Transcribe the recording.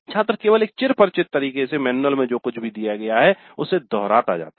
छात्र केवल एक चिरपरिचित तरीके से मैनुअल में जो कुछ भी दिया गया है उसे दोहराता जाता है